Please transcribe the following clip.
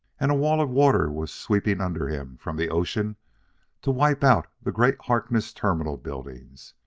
and a wall of water was sweeping under him from the ocean to wipe out the great harkness terminal buildings.